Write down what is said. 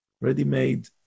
ready-made